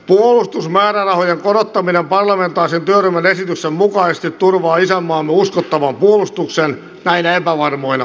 puolustusmäärärahojen korottaminen parlamentaarisen työryhmän esityksen mukaisesti turvaa isänmaamme uskottavan puolustuksen näinä epävarmoina aikoina